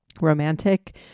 romantic